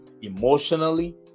emotionally